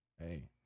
Hey